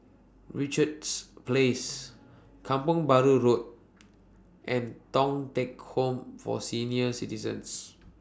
Richards Place Kampong Bahru Road and Thong Teck Home For Senior Citizens